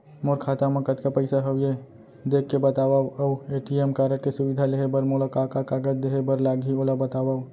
मोर खाता मा कतका पइसा हवये देख के बतावव अऊ ए.टी.एम कारड के सुविधा लेहे बर मोला का का कागज देहे बर लागही ओला बतावव?